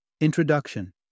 Introduction